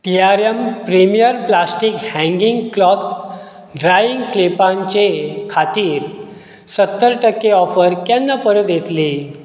TRM premier plastic hanging cloth drying क्लिपांचे खातीर सत्तर टक्के ऑफर केन्ना परत येतली